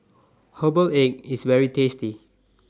Herbal Egg IS very tasty